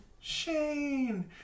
shane